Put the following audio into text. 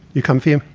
you comfy, um